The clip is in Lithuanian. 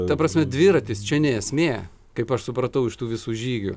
ta prasme dviratis čia ne esmė kaip aš supratau iš tų visų žygių